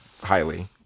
highly